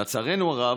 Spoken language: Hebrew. לצערנו הרב,